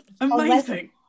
amazing